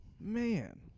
Man